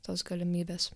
tos galimybės